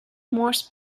morse